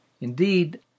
Indeed